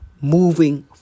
moving